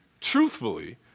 Truthfully